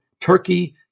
turkey